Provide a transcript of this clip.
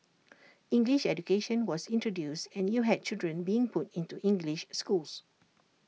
English education was introduced and you had children being put into English schools